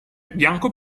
bianco